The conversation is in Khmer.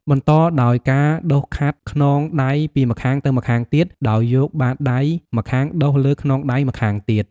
បន្តដោយការដុសខាត់ខ្នងដៃពីម្ខាងទៅម្ខាងទៀត ដោយយកបាតដៃម្ខាងដុសលើខ្នងដៃម្ខាងទៀត។